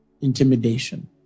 intimidation